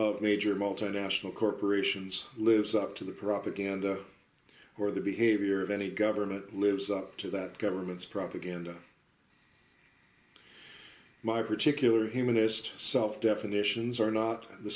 of major multinational corporations lives up to the propaganda or the behavior of any government lives up to that government's propaganda my particular ready humanist self definitions are not the